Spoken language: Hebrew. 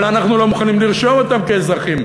אבל אנחנו לא מוכנים לרשום אותם כאזרחים.